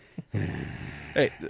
Hey